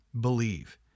believe